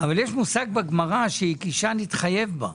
אבל יש מושג בגמרא שהכישה נתחייב בה,